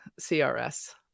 CRS